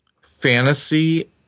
fantasy